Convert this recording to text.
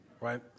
Right